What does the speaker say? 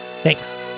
Thanks